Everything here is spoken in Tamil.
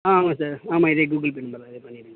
ஆ ஆமாம் சார் ஆமாம் இதே கூகுள் பே நம்பர் தான் இதுலேயே பண்ணிடுங்க